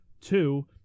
two